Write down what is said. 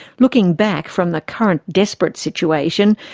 looking back from the current desperate situation,